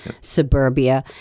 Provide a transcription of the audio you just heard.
suburbia